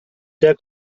der